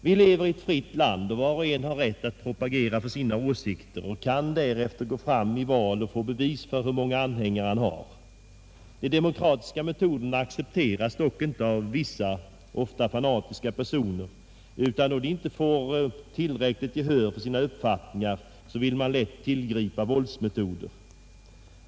Vi lever i ett fritt land och var och en har rätt att propagera för sina åsikter och kan därefter gå fram i val och få bevis för hur många anhängare han har. De demokratiska metoderna accepteras dock inte av vissa, ofta fanatiska personer, utan då de inte får gehör för sina uppfattningar vill de gärna tillgripa våldsmetoder.